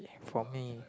for me